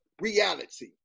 reality